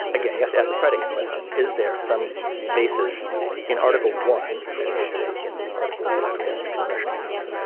again you have to ask the predicate question is there some basis in article one that is to say in the article that grants congressional power.